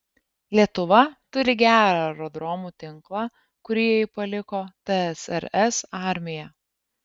lietuva turi gerą aerodromų tinklą kurį jai paliko tsrs armija